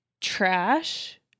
trash